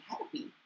happy